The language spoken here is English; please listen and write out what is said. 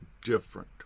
different